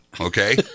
okay